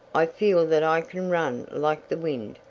i feel that i can run like the wind.